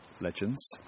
legends